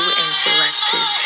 interactive